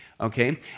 okay